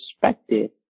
perspective